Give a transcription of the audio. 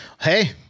hey